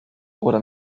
oder